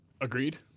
Agreed